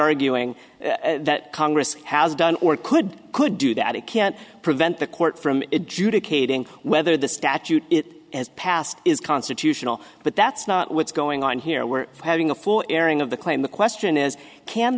arguing that congress has done or could could do that it can't prevent the court from judah kading whether the statute as passed is constitutional but that's not what's going on here we're having a full airing of the claim the question is can